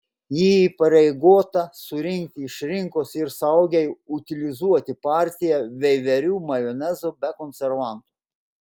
ji įpareigota surinkti iš rinkos ir saugiai utilizuoti partiją veiverių majonezo be konservantų